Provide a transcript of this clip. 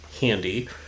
handy